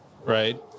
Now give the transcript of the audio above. right